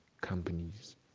companies